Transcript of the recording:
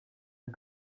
het